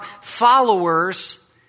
followers